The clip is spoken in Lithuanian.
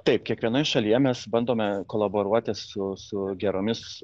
taip kiekvienoj šalyje mes bandome kolaboruoti su su geromis